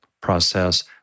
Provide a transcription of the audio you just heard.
process